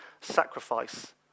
sacrifice